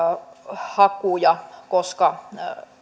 hakuja koska